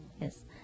Yes